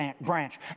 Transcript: branch